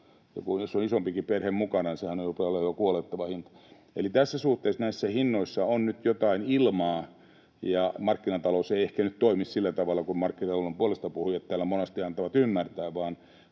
Jos on isompikin perhe mukana, niin sehän rupeaa olemaan jo kuolettava hinta. Eli tässä suhteessa näissä hinnoissa on nyt ilmaa, ja markkinatalous ei ehkä nyt toimi sillä tavalla kuin markkinatalouden puolestapuhujat täällä monasti antavat ymmärtää,